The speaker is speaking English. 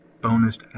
bonus